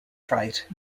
fright